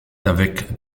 avec